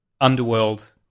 Underworld